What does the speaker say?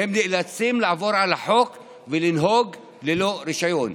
והם נאלצים לעבור על החוק ולנהוג ללא רישיון.